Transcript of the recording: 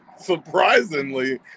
surprisingly